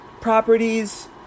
properties